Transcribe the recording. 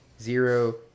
zero